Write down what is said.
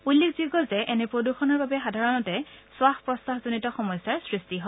উল্লেখযোগ্য যে এনে প্ৰদূষণৰ বাবে সাধাৰণে খাস প্ৰশ্বাসজনিত সমস্যাৰ সৃষ্টি হয়